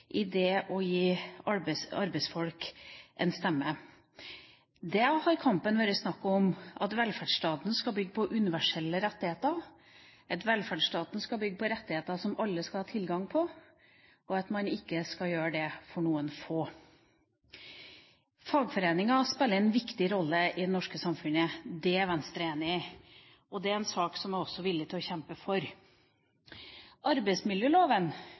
i det å gi arbeidsfolk en stemme. Der har kampen vært om at velferdsstaten skal bygge på universelle rettigheter, at velferdsstaten skal bygge på rettigheter som alle skal ha tilgang på, og ikke bare noen få. Fagforeningen spiller en viktig rolle i det norske samfunnet. Det er Venstre enig i, og det er en sak som jeg også er villig til å kjempe for. Arbeidsmiljøloven